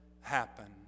happen